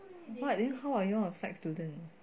but how are you all a psych student